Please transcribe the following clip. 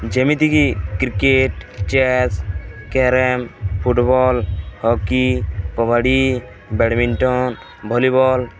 ଯେମିତିକି cricket chess carrom football hockey kabaddi badminton volleyball